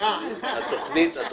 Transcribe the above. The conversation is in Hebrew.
ולכן --- חשבתי שאמרת לא יקרה עד בחירות.